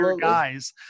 guys